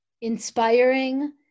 inspiring